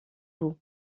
vous